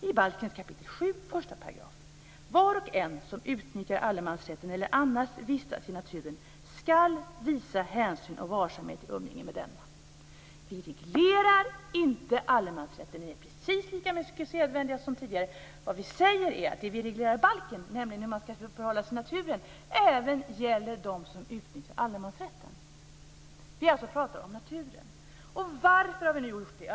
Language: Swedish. I balkens 7 kap. 1 § står det: "Var och en som utnyttjar allemansrätten eller annars vistas i naturen skall visa hänsyn och varsamhet i sitt umgänge med den." Vi reglerar inte allemansrätten. Den är precis lika mycket sedvänja som tidigare. Vad vi säger är att det vi reglerar i balken, nämligen hur man ska förhålla sig i naturen, även gäller dem som utnyttjar allemansrätten. Vi pratar alltså om naturen. Varför gör vi det?